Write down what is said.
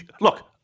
look